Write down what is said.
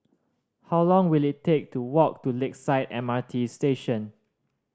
how long will it take to walk to Lakeside M R T Station